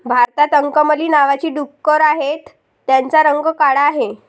भारतात अंकमली नावाची डुकरं आहेत, त्यांचा रंग काळा आहे